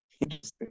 Interesting